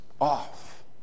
Off